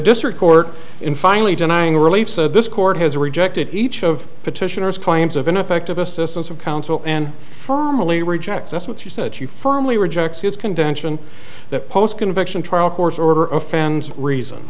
district court in finally denying relief so this court has rejected each of petitioners claims of ineffective assistance of counsel and firmly rejects that's what she said she firmly rejects his contention that post conviction trial court's order of fans reason